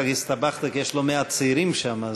קצת הסתבכת כי יש לא מעט צעירים שם,